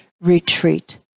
retreat